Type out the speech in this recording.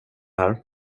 här